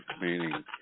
meaning